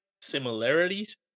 similarities